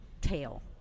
tail